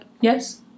yes